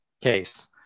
case